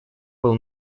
был